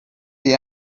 the